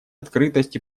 открытость